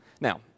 Now